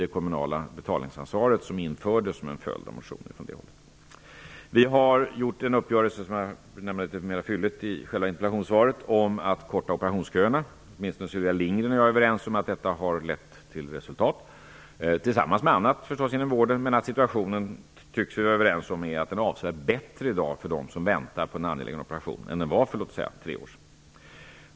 det kommunala betalningsansvaret som infördes som en följd av en motion från det hållet. Vi har träffat en uppgörelse om att korta operationsköerna som jag litet mer fylligt redogjort för i interpellationssvaret. Åtminstone är Sylvia Lindgren och jag överens om att detta har lett till resultat -- naturligtvis tillsammans med annat inom vården. Men vi tycks vara överens om att situation nu är avsevärt bättre för dem som väntar på en angelägen operation än för, låt oss säga, tre år sedan.